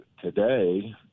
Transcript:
today